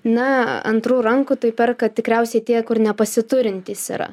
na antrų rankų tai perka tikriausiai tie kur nepasiturintys yra